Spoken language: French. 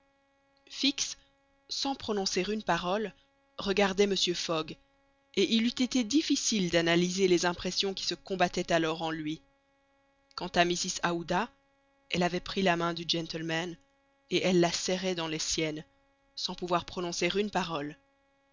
fix sans prononcer une parole regardait mr fogg et il eût été difficile d'analyser les impressions qui se combattaient alors en lui quant à mrs aouda elle avait pris la main du gentleman et elle la serrait dans les siennes sans pouvoir prononcer une parole